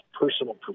personal